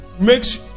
makes